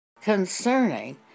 concerning